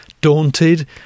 Daunted